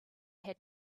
had